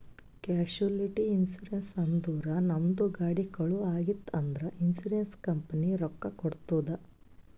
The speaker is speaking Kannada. ಕ್ಯಾಶುಲಿಟಿ ಇನ್ಸೂರೆನ್ಸ್ ಅಂದುರ್ ನಮ್ದು ಗಾಡಿ ಕಳು ಆಗಿತ್ತ್ ಅಂದ್ರ ಇನ್ಸೂರೆನ್ಸ್ ಕಂಪನಿ ರೊಕ್ಕಾ ಕೊಡ್ತುದ್